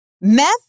Meth